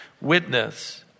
witness